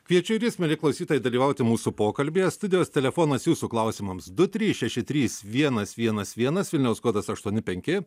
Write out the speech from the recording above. kviečiu ir jus mieli klausytojai dalyvauti mūsų pokalbyje studijos telefonas jūsų klausimams du trys šeši trys vienas vienas vienas vilniaus kodas aštuoni penki